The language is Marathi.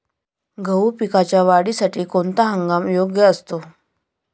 गहू पिकाच्या वाढीसाठी कोणता हंगाम योग्य असतो?